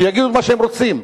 שיגידו את מה שהם רוצים?